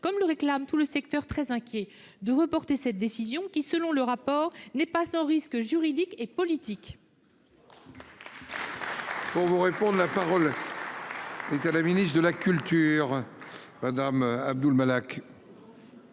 comme le réclame l'ensemble d'un secteur très inquiet, de reporter cette décision qui, selon le rapport, n'est pas sans risques juridiques et politiques